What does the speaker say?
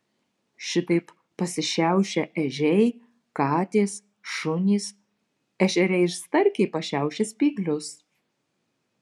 šitaip pasišiaušia ežiai katės šunys ešeriai ir starkiai pašiaušia spyglius